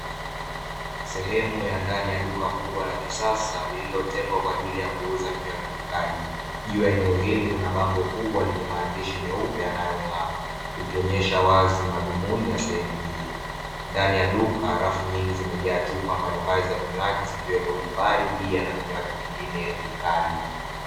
Sehemu ya ndani ya duka kubwa la kisasa lililotengwa kwa ajili ya kuuza vinywaji vikali juu ya eneo hili kuna bango kubwa lenye maandishi meupe yanayong'aa ikionyesha wazi madhumuni ya sehemu hii ndani ya duka rafu nyingi zimejaa chupa mbalimbali za vinywaji zikiwemo divai bia na vinywaji vingine vikali